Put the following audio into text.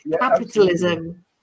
Capitalism